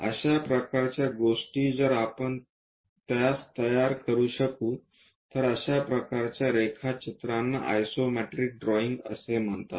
अशा प्रकारच्या गोष्टी जर आपण त्यास तयार करू शकू तर अशा प्रकारच्या रेखाचित्रांना आयसोमेट्रिक ड्रॉईंग असे म्हणतात